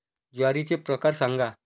ज्वारीचे प्रकार सांगा